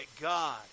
God